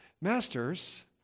Masters